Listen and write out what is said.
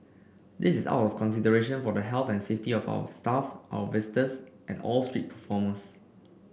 this is out of consideration for the health and safety of our staff our visitors and all street performers